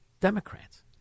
Democrats